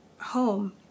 home